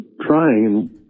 trying